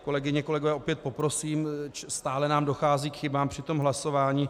Kolegyně a kolegové, opět poprosím, stále nám dochází k chybám při hlasování.